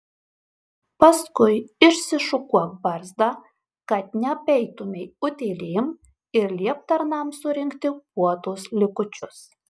paskui išsišukuok barzdą kad neapeitumei utėlėm ir liepk tarnams surinkti puotos likučius